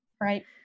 Right